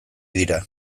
dira